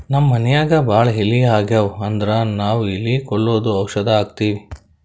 ನಮ್ಮ್ ಮನ್ಯಾಗ್ ಭಾಳ್ ಇಲಿ ಆಗಿವು ಅಂದ್ರ ನಾವ್ ಇಲಿ ಕೊಲ್ಲದು ಔಷಧ್ ಹಾಕ್ತಿವಿ